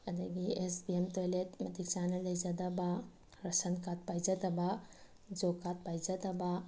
ꯑꯗꯒꯤ S B M toilet ꯃꯇꯤꯛ ꯆꯥꯅ ꯂꯩꯖꯗꯕ ꯔꯦꯁꯟ ꯀꯥꯔꯠ ꯄꯥꯏꯖꯗꯕ ꯖꯣꯞ ꯀꯥꯔꯠ ꯄꯥꯏꯖꯗꯕ